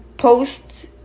Posts